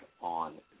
on